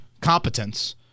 competence